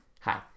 Hi